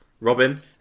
Robin